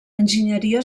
enginyeria